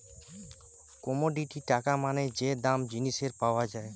commodity টাকা মানে যে দাম জিনিসের পাওয়া যায়